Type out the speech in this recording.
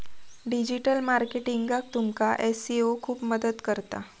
digital मार्केटिंगाक तुमका SEO खूप मदत करता